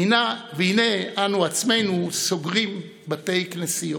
והינה אנו עצמנו סוגרים בתי כנסיות,